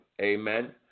Amen